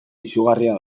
izugarria